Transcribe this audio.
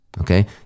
okay